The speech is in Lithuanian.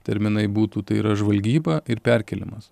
terminai būtų tai yra žvalgyba ir perkėlimas